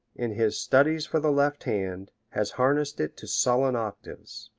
in his studies for the left hand, has harnessed it to sullen octaves.